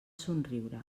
somriure